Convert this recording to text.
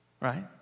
right